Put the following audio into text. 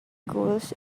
goals